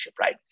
right